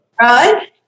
Right